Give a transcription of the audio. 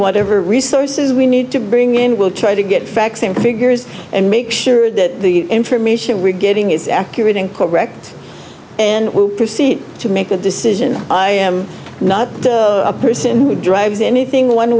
whatever resources we need to bring in we'll try to get facts and figures and make sure that the information we're getting is accurate and correct and we proceed to make a decision i am not a person we drives anything one